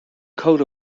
coat